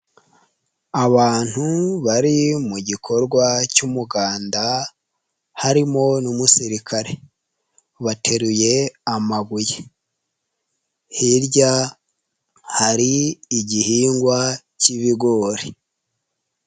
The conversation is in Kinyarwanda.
Abantu bari mu gikorwa cy'umuganda, harimo n'umusirikare, bateruye amabuye, hirya hari igihingwa cy'ibigori.